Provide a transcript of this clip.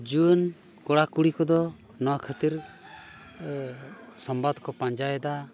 ᱡᱩᱣᱟᱹᱱ ᱠᱚᱲᱟᱼᱠᱩᱲᱤ ᱠᱚᱫᱚ ᱱᱚᱣᱟ ᱠᱷᱟᱹᱛᱤᱨ ᱥᱚᱝᱵᱟᱫ ᱠᱚ ᱯᱟᱸᱡᱟᱭᱮᱫᱟ